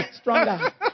stronger